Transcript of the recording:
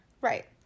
Right